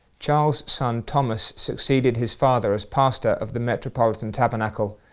charles son, thomas, succeeded his father as pastor of the metropolitan tabernacle,